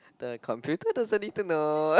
the computer doesn't need to know